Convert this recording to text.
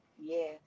Yes